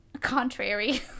contrary